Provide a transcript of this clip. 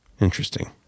interesting